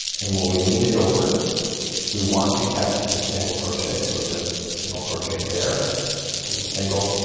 and when we lean it over we want to catch to the single crochet. so just single crochet there to the single,